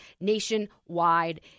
nationwide